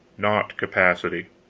not capacity.